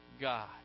god